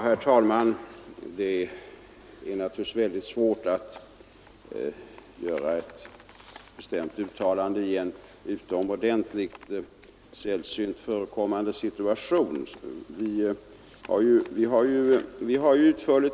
Herr talman! Det är naturligtvis mycket svårt att göra ett bestämt uttalande i en utomordentligt sällan förekommande situation.